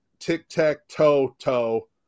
tic-tac-toe-toe